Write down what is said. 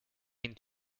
into